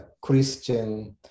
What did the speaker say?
Christian